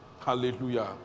Hallelujah